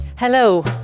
Hello